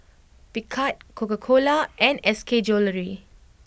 Picard Coca Cola and S K Jewellery